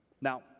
Now